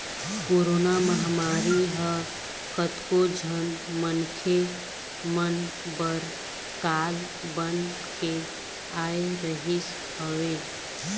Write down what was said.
corona महामारी ह कतको झन मनखे मन बर काल बन के आय रिहिस हवय